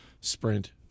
Sprint